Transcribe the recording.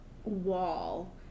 Wall